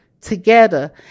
together